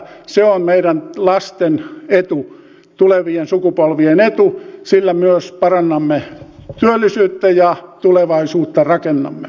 se on meidän lastemme etu tulevien sukupolvien etu sillä myös parannamme työllisyyttä ja tulevaisuutta rakennamme